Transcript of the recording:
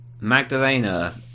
Magdalena